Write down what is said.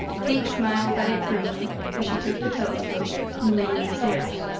kate smiled at it grimly as she took the telescope and ran upstairs.